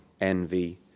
envy